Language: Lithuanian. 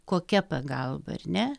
kokia pagalba ar ne